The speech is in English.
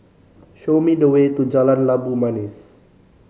show me the way to Jalan Labu Manis